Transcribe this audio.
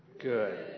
good